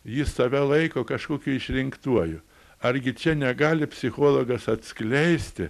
jis save laiko kažkokiu išrinktuoju argi čia negali psichologas atskleisti